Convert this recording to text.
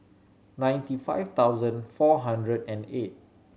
ninety five thousand four hundred and eight